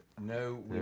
No